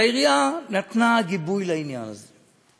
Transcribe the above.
והעירייה נתנה גיבוי לעניין הזה.